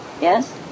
Yes